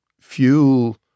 fuel